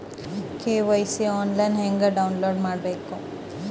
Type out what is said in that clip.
KYC online ಹೆಂಗ್ download ಮಾಡೋದು?